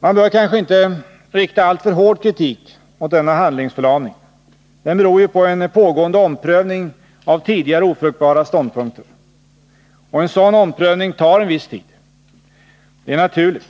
Man bör kanske inte rikta alltför hård kritik mot denna handlingsförlamning. Den beror ju på en pågående omprövning av tidigare ofruktbara ståndpunkter, och en sådan omprövning tar en viss tid. Det är naturligt.